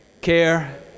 care